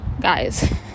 guys